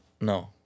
No